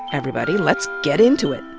everybody. let's get into it.